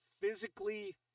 physically